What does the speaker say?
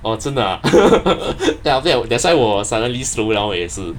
!wah! 真的 ah then after that 我 that's why 我 suddenly slow down 也是